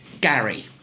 Gary